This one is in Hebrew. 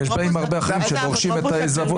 יש הרבה אחרים שבאים ודורשים את העיזבון